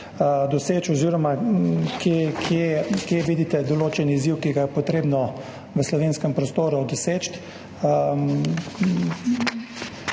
doseči oziroma kje vidite določen izziv, ki ga je potrebno v slovenskem prostoru doseči.